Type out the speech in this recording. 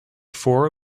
four